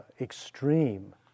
extreme